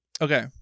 Okay